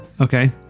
Okay